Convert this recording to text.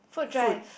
food drive